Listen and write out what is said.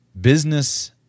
Business